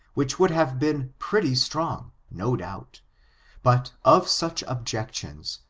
which would have been pretty strong, no doubt but of such objections,